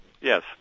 Yes